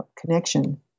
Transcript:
connection